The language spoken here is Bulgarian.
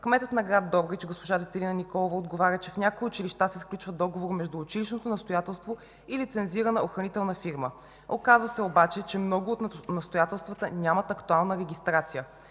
кметът на град Добрич госпожа Детелина Николова отговаря, че в някои училища се сключва договор между училищното настоятелство и лицензирана охранителна фирма. Оказа се обаче, че много от настоятелствата нямат актуална регистрация.